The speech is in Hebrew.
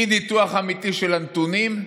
אי-ניתוח אמיתי של הנתונים,